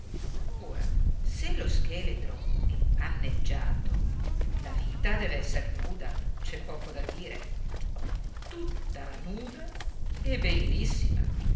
ora se lo scheletro è panneggiato la vita dev'esser nuda c'è poco da dire tutta nuda e bellissima